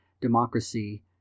democracy